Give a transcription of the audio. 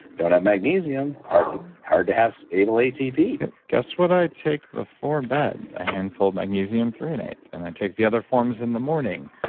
don't have magnesium. hard to hard to have stable atp guess what i take before bed? a handful of magnesium threonate, and i take the other forms in the morning